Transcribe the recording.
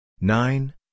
nine